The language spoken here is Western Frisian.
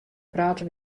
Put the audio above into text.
prate